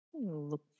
Look